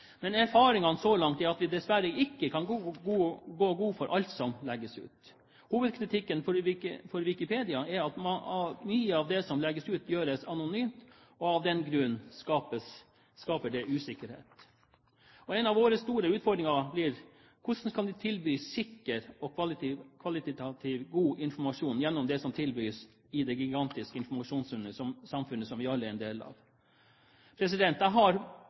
Men erfaringene så langt er at vi dessverre ikke kan gå god for alt som legges ut. Hovedkritikken mot Wikipedia er at mye av det som legges ut, gjøres anonymt, og av den grunn skaper det usikkerhet. En av våre store utfordringer blir: Hvordan skal vi kunne tilby sikker og kvalitativt god informasjon gjennom det som tilbys i det gigantiske informasjonssamfunnet som vi alle er en del av? Jeg har